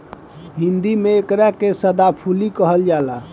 हिंदी में एकरा के सदाफुली कहल जाला